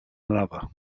another